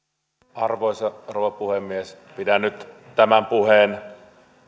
arvoisa rouva puhemies pidän nyt tämän puheen